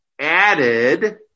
added